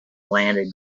landed